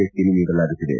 ಅಕ್ಕಿಯನ್ನು ನೀಡಲಾಗುತ್ತಿದೆ